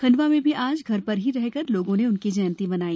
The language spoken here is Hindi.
खण्डवा में भी आज घर पर ही रहकर लोगों ने उनकी जयंती मनाई